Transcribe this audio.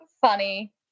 funny